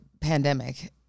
pandemic